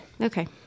Okay